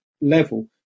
level